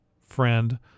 friend